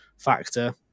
factor